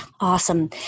Awesome